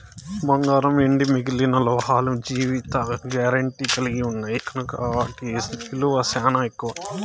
బంగారం, ఎండి మిగిలిన లోహాలు జీవిత గారెంటీ కలిగిన్నాయి కనుకే ఆటి ఇలువ సానా ఎక్కువ